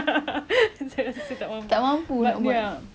that's the best one so two top two is